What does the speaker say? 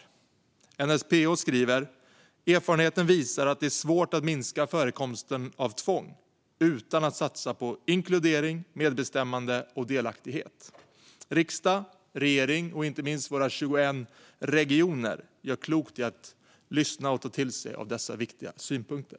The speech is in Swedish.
NSPH skriver: "Erfarenheten visar att det är svårt att minska förekomsten av tvång utan att satsa på inkludering, medbestämmande och delaktighet." Riksdag, regering och inte minst våra 21 regioner gör klokt i att lyssna på och ta till sig dessa viktiga synpunkter.